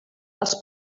els